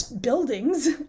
buildings